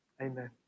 amen